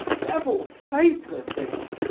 devil take the thing!